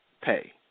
pay